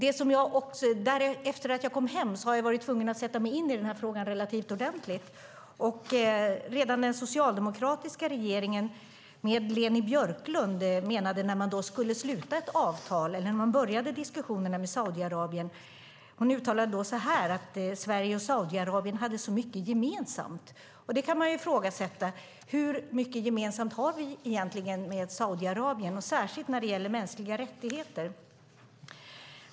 Efter det att jag kom hem har jag varit tvungen att sätta mig in den här frågan relativt ordentligt. Redan när den socialdemokratiska regeringen började diskussionerna med Saudiarabien om att sluta ett avtal sade Leni Björklund att Sverige och Saudiarabien hade så mycket gemensamt. Det kan man ju ifrågasätta. Hur mycket gemensamt har vi egentligen med Saudiarabien, och särskilt när det gäller mänskliga rättigheter?